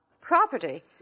property